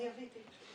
אני אביא איתי.